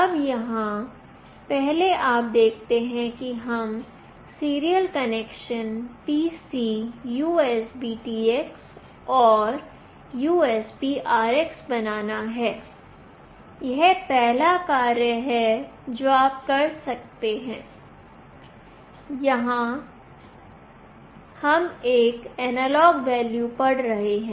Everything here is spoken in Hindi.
अब यहाँ पहले आप देखते हैं कि हमें यह सीरियल कनेक्शन PC USBTX और USBRX बनाना है यह पहला कार्य है जो आपको करना है और यहाँ हम एक एनालॉग वैल्यू पढ़ रहे हैं